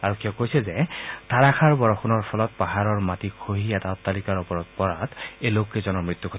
আৰক্ষী কৈছে যে ধাৰাষাৰ বৰষুণৰ ফলত পাহাৰাৰ মাটি খহি এটা অট্টালিকাৰ ওপৰত পৰাত এই লোককেইজনৰ মৃত্যু হয়